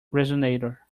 resonator